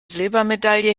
silbermedaille